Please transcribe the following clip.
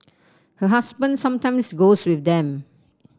her husband sometimes goes with them